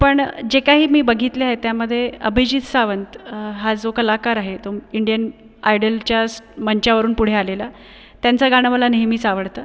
पण जे काही मी बघितलं आहे त्यामध्ये अभिजीत सावंत हा जो कलाकार आहे तो इंडियन आयडलच्याच मंचावरून पुढे आलेला त्यांचं गाणं मला नेहमीच आवडतं